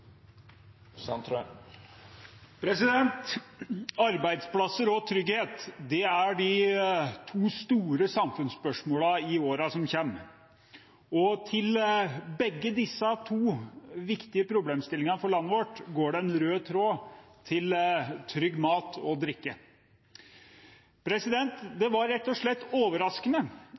arbeidsplasser og trygghet er de to store samfunnsspørsmålene i årene som kommer. Og fra begge disse to viktige problemstillingene for landet vårt går det en rød tråd til trygg mat og drikke. Det var rett og slett overraskende